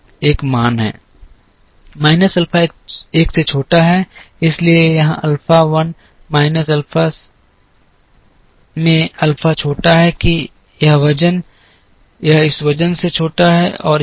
1 minus alpha 1 से छोटा है इसलिए यहाँ अल्फ़ा 1 माइनस अल्फ़ा में अल्फ़ा छोटा है कि यह वज़न यह इस वज़न से छोटा है और इसी तरह